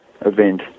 event